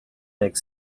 make